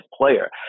player